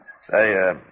Say